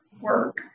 work